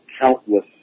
countless